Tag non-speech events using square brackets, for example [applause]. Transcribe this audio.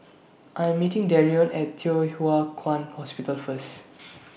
I Am meeting Darion At Thye Hua Kwan Hospital First [noise]